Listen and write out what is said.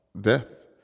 death